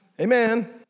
Amen